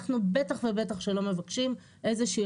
אנחנו בטח ובטח שלא מבקשים איזו שהיא